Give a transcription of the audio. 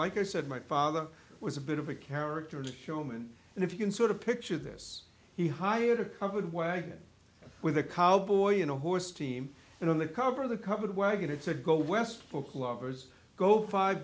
like i said my father was a bit of a character the showman and if you can sort of picture this he hired a covered wagon with a cowboy and a horse team and on the cover of the covered wagon it said go west fork lovers go five